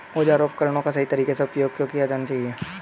औजारों और उपकरणों का सही तरीके से उपयोग क्यों किया जाना चाहिए?